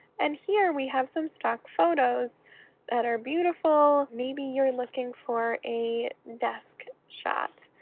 and here we have some stock photos that are beautiful. maybe you're looking for a desk shot.